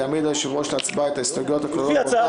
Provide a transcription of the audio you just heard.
יעמיד היושב-ראש להצבעה את ההסתייגויות הכלולות באותה סדרת הסתייגויות,